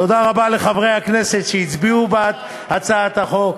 תודה רבה לחברי הכנסת שהצביעו בעד הצעת החוק.